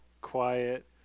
quiet